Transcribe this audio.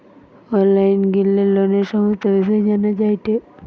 online গিলে লোনের সমস্ত বিষয় জানা যায়টে